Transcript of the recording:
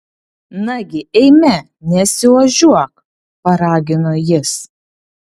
nagi eime nesiožiuok paragino jis